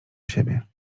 siebie